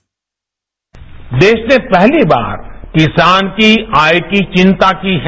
bite देश ने पहली बार किसान की आय की चिंता की है